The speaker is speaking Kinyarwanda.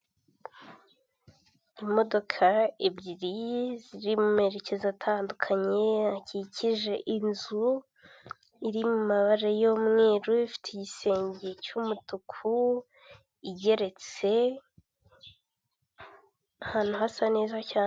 Imodoka ebyiri ziri mu merekezo atandukanye akikije inzu, iri mu mabara y'umweru, ifite igisenge cy'umutuku, igeretse, ahantu hasa neza cyane.